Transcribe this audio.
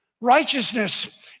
Righteousness